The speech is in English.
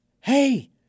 hey